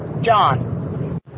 John